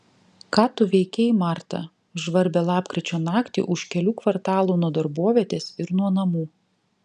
ką tu veikei marta žvarbią lapkričio naktį už kelių kvartalų nuo darbovietės ir nuo namų